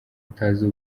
utazi